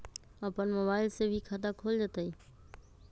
अपन मोबाइल से भी खाता खोल जताईं?